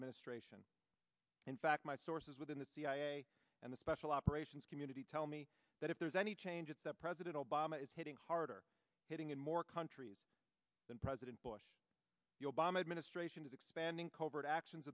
administration in fact my sources within the cia and the special operations community tell me that if there's any change it's that president obama is hitting harder hitting in more countries than president bush the obama administration is expanding covert actions